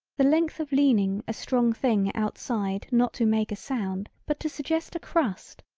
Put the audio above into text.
the length of leaning a strong thing outside not to make a sound but to suggest a crust,